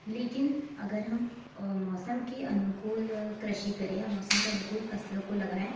लेकिन अगर हम मौसम के अनुकूल कृषि करें या मौसम के अनुकूल फसलों को लगाएं